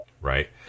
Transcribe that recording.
right